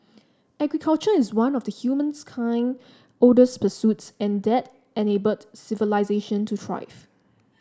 agriculture is one of humanskind oldest pursuits and that enabled civilisation to thrive